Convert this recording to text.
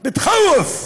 (אומר בערבית: